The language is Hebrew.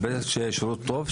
שיהיה שירות טוב,